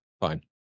fine